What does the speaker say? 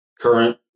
current